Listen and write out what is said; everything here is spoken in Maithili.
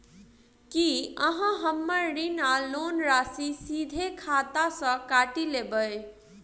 की अहाँ हम्मर ऋण वा लोन राशि सीधा खाता सँ काटि लेबऽ?